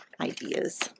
ideas